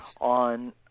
on